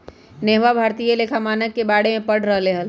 नेहवा भारतीय लेखा मानक के बारे में पढ़ रहले हल